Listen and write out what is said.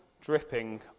dripping